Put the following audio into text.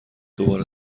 دوباره